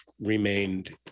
remained